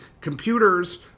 computers